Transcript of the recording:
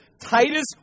Titus